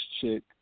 chick